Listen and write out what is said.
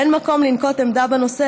אין מקום לנקוט עמדה בנושא,